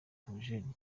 theogene